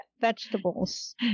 vegetables